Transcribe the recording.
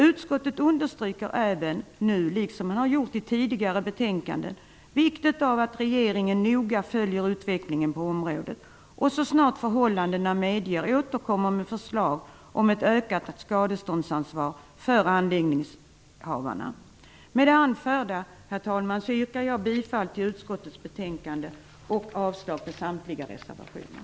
Utskottet understryker nu liksom i tidigare betänkanden vikten av att regeringen noga följer utvecklingen på området och så snart förhållandena medger återkommer med förslag om ett ökat skadeståndsansvar för anläggningsinnehavarna. Med det anförda, herr talman, yrkar jag bifall till utskottets hemställan och avslag på samtliga reservationer.